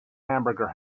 hamburger